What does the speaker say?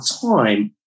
time